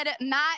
Matt